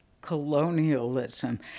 colonialism